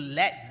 let